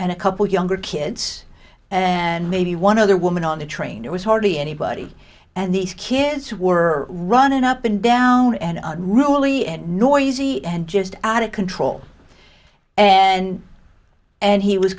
and a couple younger kids and maybe one other woman on the train there was hardly anybody and these kids were running up and down and really noisy and just out of control and and he was